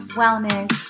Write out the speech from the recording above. wellness